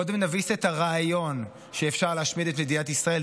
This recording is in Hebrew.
קודם נביס את הרעיון שאפשר להשמיד את מדינת ישראל,